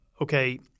okay